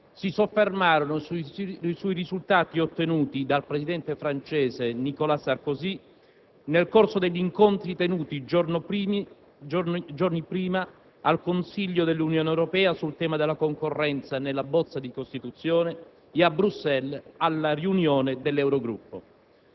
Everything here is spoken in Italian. si soffermarono sui risultati ottenuti dal presidente francese, Nicola Sarkozy, nel corso degli incontri tenuti giorni prima al Consiglio dell'Unione Europea sul tema della concorrenza nella bozza di Costituzione e a Bruxelles alla riunione dell'Eurogruppo.